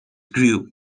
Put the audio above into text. grew